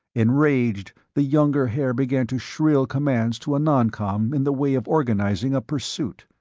enraged, the younger haer began to shrill commands to a noncom in the way of organizing a pursuit.